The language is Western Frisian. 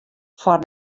foar